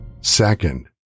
Second